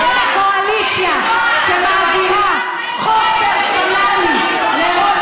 קואליציה שמעבירה חוק פרסונלי לראש